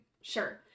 Sure